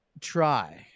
try